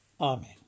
Amen